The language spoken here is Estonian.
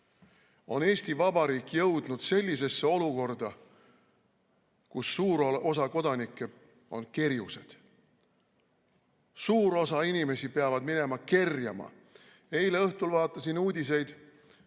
on Eesti Vabariik jõudnud sellisesse olukorda, kus suur osa kodanikke on kerjused. Suur osa inimesi peavad minema kerjama. Eile õhtul vaatasin uudiseid,